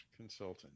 consultant